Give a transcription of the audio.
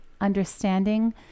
understanding